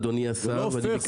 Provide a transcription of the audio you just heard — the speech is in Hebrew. אדוני השר --- זה לא "הופך",